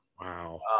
wow